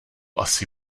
asi